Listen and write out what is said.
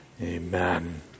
Amen